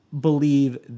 believe